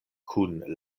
kun